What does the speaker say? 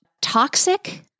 toxic